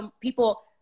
people